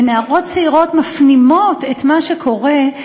ונערות צעירות מפנימות את מה שקורה,